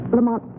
Lamont